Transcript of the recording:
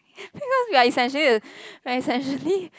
because we are essentially the we're essentially